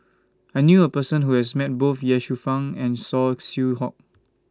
I knew A Person Who has Met Both Ye Shufang and Saw Swee Hock